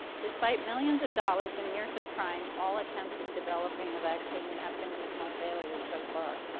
despite millions of dollars, and years of trying, all attempts at developing a vaccine have been dismal failures so far.